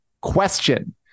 question